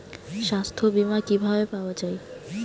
সাস্থ্য বিমা কি ভাবে পাওয়া যায়?